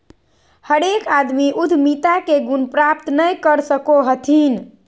हरेक आदमी उद्यमिता के गुण प्राप्त नय कर सको हथिन